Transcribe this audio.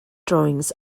drawings